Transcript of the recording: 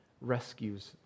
rescues